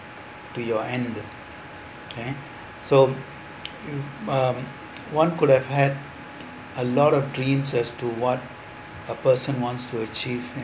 to your end okay so um one could have had a lot of dreams as to what a person wants to achieve and